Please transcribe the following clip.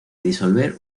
disolver